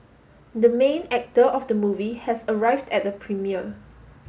the main actor of the movie has arrived at the premiere